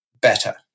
better